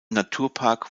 naturpark